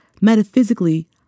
Metaphysically